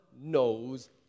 knows